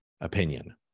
opinion